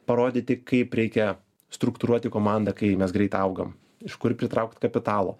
parodyti kaip reikia struktūruoti komandą kai mes greit augam iš kur pritraukt kapitalo